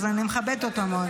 אז אני מכבדת אותו מאוד.